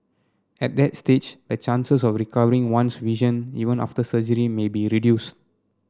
at that stage the chances of recovering one's vision even after surgery may be reduced